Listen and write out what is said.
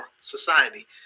society